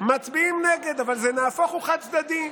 מצביעים נגד, אבל זה נהפוך הוא חד-צדדי,